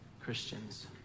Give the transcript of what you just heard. Christians